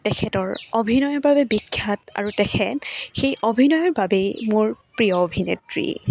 তেখেতৰ অভিনয়ৰ বাবে বিখ্যাত আৰু তেখেত সেই অভিনয়ৰ বাবেই মোৰ প্ৰিয় অভিনেত্ৰী